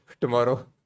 tomorrow